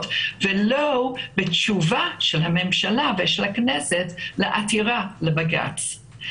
ולא בתשובה של הממשלה ושל הכנסת לעתירה לבג"ץ.